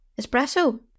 espresso